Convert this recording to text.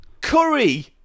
Curry